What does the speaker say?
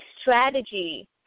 strategy